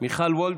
מיכל וולדיגר,